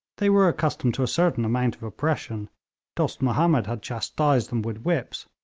they were accustomed to a certain amount of oppression dost mahomed had chastised them with whips,